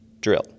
drill